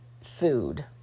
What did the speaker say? food